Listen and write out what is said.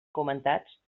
comentats